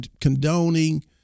condoning